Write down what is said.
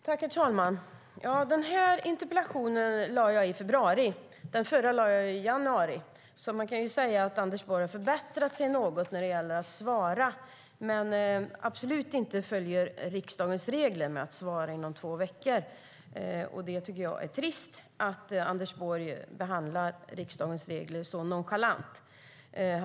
Herr talman! Den här interpellationen lämnade jag in i februari. Den förra lämnade jag in i januari. Man kan alltså säga att Anders Borg förbättrat sig något när det gäller att svara, men han följer definitivt inte riksdagens regler om att svara inom två veckor. Jag tycker att det är trist att Anders Borg behandlar riksdagens regler på ett så nonchalant sätt.